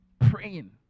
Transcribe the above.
Praying